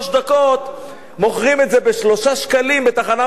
מוכרים את זה ב-3 שקלים בתחנה המרכזית.